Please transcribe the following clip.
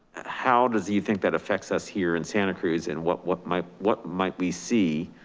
how does you think that affects us here in santa cruz and what what might what might we see